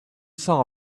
saw